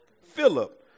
Philip